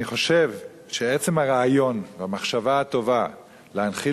אני חושב שעצם הרעיון והמחשבה הטובה להנחיל